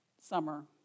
summer